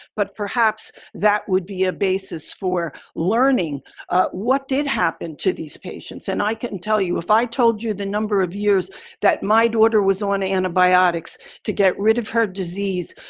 but perhaps that would be a basis for learning what did happen to these patients. and i couldn't tell you if i told you the number of years that my daughter was on antibiotics to get rid of her disease,